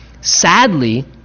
Sadly